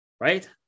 right